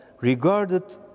regarded